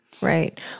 Right